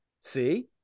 see